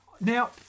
Now